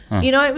you know?